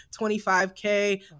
25K